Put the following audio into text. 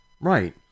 right